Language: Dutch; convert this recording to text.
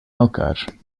elkaar